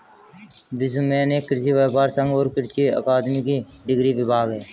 विश्व में अनेक कृषि व्यापर संघ और कृषि अकादमिक डिग्री विभाग है